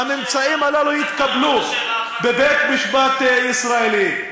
שהממצאים הללו יתקבלו בבית-משפט ישראלי.